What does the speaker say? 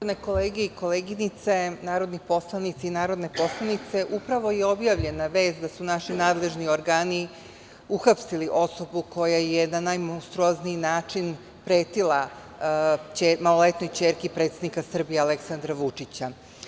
Poštovane kolege i koleginice, narodni poslanici i narodne poslanice, upravo je objavljena vest da su naši nadležni organi uhapsili osobu koja je na najmonstruozniji način pretila maloletnoj ćerki predsednika Srbije, Aleksandra Vučića.